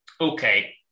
okay